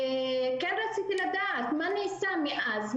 וכן רציתי לדעת מה נעשה מאז,